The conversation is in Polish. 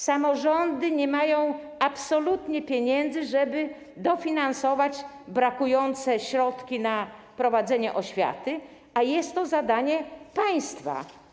Samorządy nie mają absolutnie pieniędzy, żeby dofinansować brakujące środki na prowadzenie oświaty, a jest to zadanie państwa.